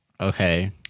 Okay